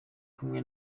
kumwe